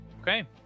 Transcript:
Okay